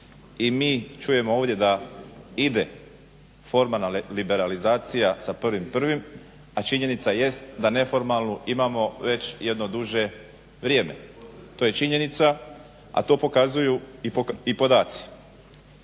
i mi čujemo ovdje da ide formalna liberalizacija sa 1.1., a činjenica jest da neformalnu imamo već jedno duže vrijeme. To je činjenica, a to pokazuju i podaci.